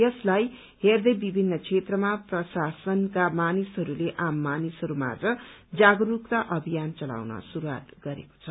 यसलाई हेर्दै विभित्र क्षेत्रमा प्रशासनका मानिसहरूले आम मानिसहरू माझ जागरूकता अभियान चलाउन शुरूआत गरेको छ